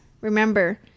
remember